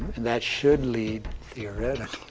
that should lead, theoretically,